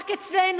רק אצלנו,